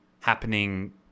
happening